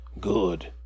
Good